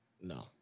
No